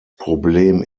problem